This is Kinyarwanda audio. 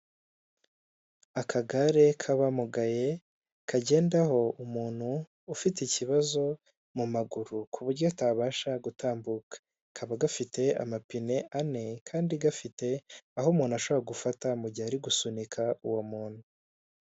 Akagare k'abamugaye, kagendaho umuntu ufite ikibazo mu maguru, ku buryo atabasha gutambuka. Kaba gafite amapine ane, kandi gafite aho umuntu ashobora gufata, mu gihe ari gusunika uwo muntu.